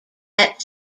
met